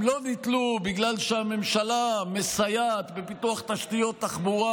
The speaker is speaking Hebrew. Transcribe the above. הם לא נתלו בגלל שהממשלה מסייעת בפיתוח תשתיות תחבורה.